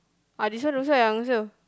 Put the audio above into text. ah this one also I answer